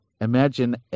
Imagine